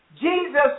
Jesus